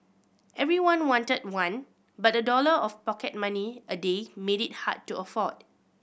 everyone wanted one but a dollar of pocket money a day made it hard to afford